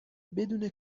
بدون